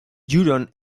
juron